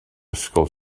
ysgol